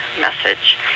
message